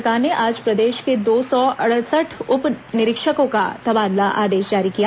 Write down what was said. राज्य सरकार ने आज प्रदेश के दो सौ सड़सठ उप निरीक्षकों का तबादला आदेश जारी किया है